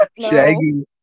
Shaggy